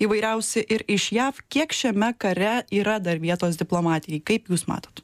įvairiausi ir iš jav kiek šiame kare yra dar vietos diplomatijai kaip jūs matot